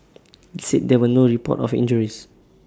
IT said there were no reports of injuries